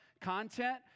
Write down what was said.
content